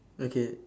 okay